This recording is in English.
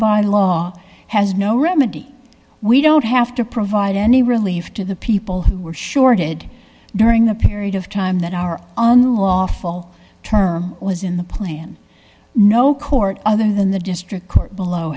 by law has no remedy we don't have to provide any relief to the people who were shorted during the period of time that our unlawful term was in the plan no court other than the district court below